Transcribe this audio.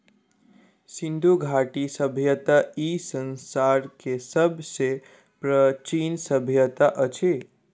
सिंधु घाटी सभय्ता ई संसार के सब सॅ प्राचीन सभय्ता अछि